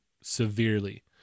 severely